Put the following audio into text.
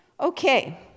Okay